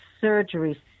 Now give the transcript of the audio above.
surgery